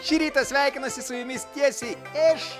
šį rytą sveikinuosi su jumis tiesiai iš